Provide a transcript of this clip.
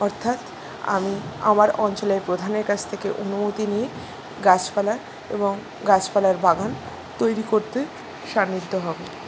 অর্থাৎ আমি আমার অঞ্চলের প্রধানের কাছ থেকে অনুমতি নিয়ে গাছপালা এবং গাছপালার বাগান তৈরি করতে সান্নিধ্য হব